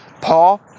Paul